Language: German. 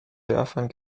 dörfern